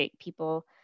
people